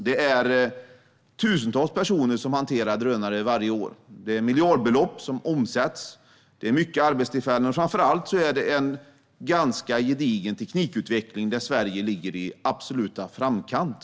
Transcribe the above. Det är tusentals personer som hanterar drönare varje år. De omsätter miljardbelopp och ger många arbetstillfällen. Framför allt är det en ganska gedigen teknikutveckling vi pratar om där Sverige ligger i absolut framkant.